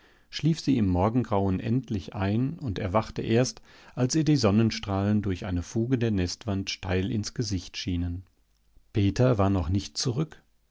schlief sie im morgengrauen endlich ein und erwachte erst als ihr die sonnenstrahlen durch eine fuge der nestwand steil ins gesicht schienen peter war noch nicht zurück